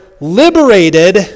liberated